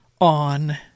on